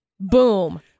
Boom